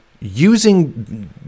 using